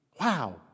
Wow